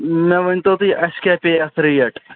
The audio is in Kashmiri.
مےٚ ؤنۍ تو تُہۍ اَسہِ کیٛاہ پے اَتھ ریٹ